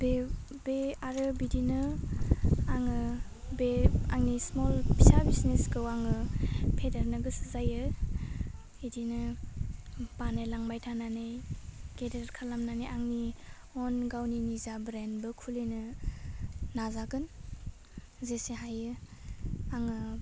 बे आरो बिदिनो आङो बे आंनि स्मल फिसा बिजनेसखौ आङो फेदेरनो गोसो जायो बिदिनो बानायलांबाय थानानै गेदेर खालामनानै आंनि वन गावनि निजा ब्रेन्डबो खुलिनो नाजागोन जेसे हायो आङो